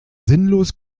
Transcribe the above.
sinnlos